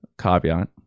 caveat